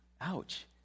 ouch